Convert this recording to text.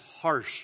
harsh